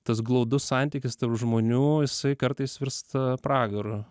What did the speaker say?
tas glaudus santykis tarp žmonių jisai kartais virsta pragaru